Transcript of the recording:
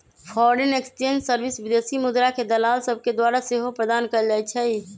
foreign exchange service विदेशी मुद्राके दलाल सभके द्वारा सेहो प्रदान कएल जाइ छइ